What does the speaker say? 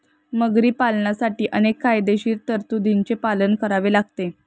मगरी पालनासाठी अनेक कायदेशीर तरतुदींचे पालन करावे लागते